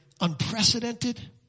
unprecedented